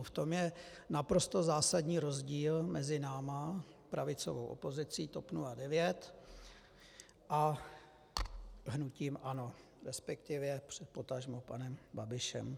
V tom je naprosto zásadní rozdíl mezi námi, pravicovou opozicí, TOP 09, a hnutím ANO, resp. potažmo panem Babišem.